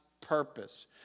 purpose